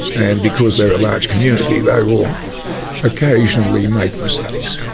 and because they are a large community they will occasionally make mistakes.